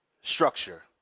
structure